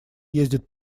ездит